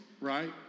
right